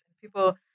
people